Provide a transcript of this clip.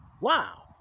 Wow